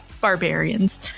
barbarians